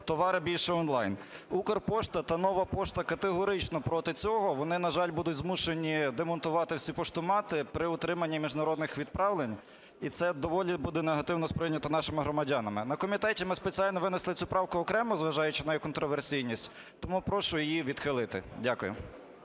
товари більше онлайн. Укрпошта та Нова пошта категорично проти цього, вони, на жаль, будуть змушені демонтувати всі поштомати при отриманні міжнародних відправлень, і це доволі буде негативно сприйнято нашими громадянами. На комітеті ми спеціально винесли цю правку окремо, зважаючи на її контраверсійність, тому прошу її відхилити. Дякую.